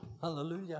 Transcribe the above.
Hallelujah